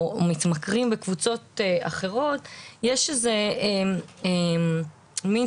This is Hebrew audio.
המתמכרים בקבוצות אחרות יש איזה קונספציה